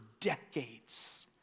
decades